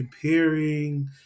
comparing